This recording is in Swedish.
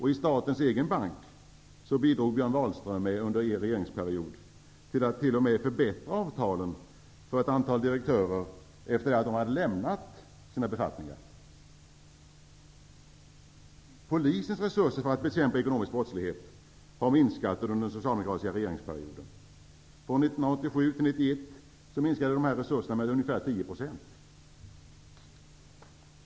I statens egen bank bidrog Björn Wahlström, under er regeringsperiod, till att t.o.m. förbättra avtalen för ett antal direktörer efter det att de hade lämnat sina befattningar. Polisens resurser för att bekämpa ekonomisk brottslighet har minskat under den socialdemokratiska regeringsperioden. Från 1987 till 1991 minskade resurserna med ca 10 %.